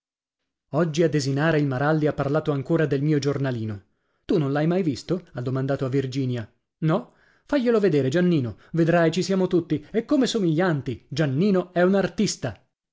oggi a desinare il maralli ha parlato ancora del mio giornalino tu non l'hai mai visto ha domandato a virginia no faglielo vedere giannino vedrai ci siamo tutti e come somiglianti giannino è un artista